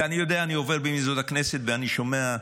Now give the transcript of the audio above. ואני יודע, אני עובר במסדרונות הכנסת ואני שומע: